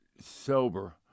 sober